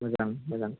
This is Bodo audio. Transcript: मोजां मोजां